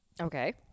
Okay